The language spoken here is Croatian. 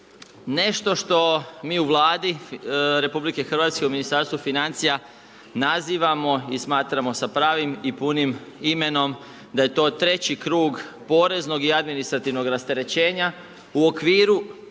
Nešto što mi u Vladi RH u Ministarstvu financija nazivamo i smatramo sa pravim i punim imenom da je to treći kru poreznog i administrativnog rasterećenja u okviru